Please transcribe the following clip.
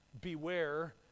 Beware